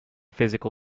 physical